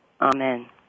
Amen